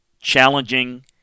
challenging